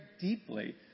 deeply